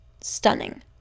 stunning